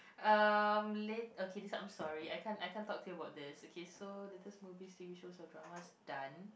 um la~okay this one I'm sorry I can't I can't talk to you about this okay so latest movie T_V shows or dramas done